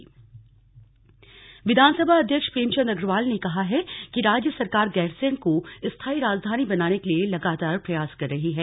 स्थाई राजधानी विधानसभा अध्यक्ष प्रेमचंद अग्रवाल ने कहा है कि राज्य सरकार गैरसैंण को स्थाई राजधानी बनाने के लिए लगातार प्रयास कर रही है